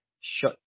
shut